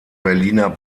berliner